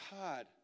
God